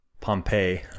Pompeii